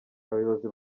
abayobozi